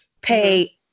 pay